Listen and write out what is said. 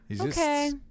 Okay